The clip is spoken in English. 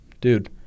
Dude